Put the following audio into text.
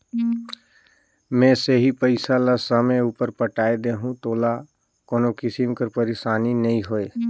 में सही पइसा ल समे उपर पटाए देहूं तोला कोनो किसिम कर पइरसानी नी होए